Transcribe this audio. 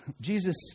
Jesus